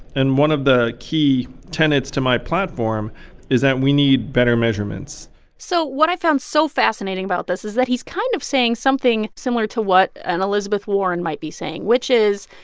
and one of the key tenets to my platform is that we need better measurements so what i found so fascinating about this is that he's kind of saying something similar to what an elizabeth warren might be saying, which is,